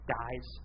dies